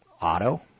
auto